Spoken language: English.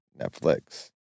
Netflix